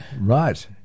Right